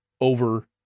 over